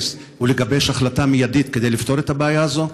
ולגבש החלטה מיידית כדי לפתור את הבעיה הזאת?